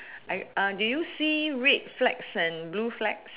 I uh do you see red flags and blue flags